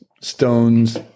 stones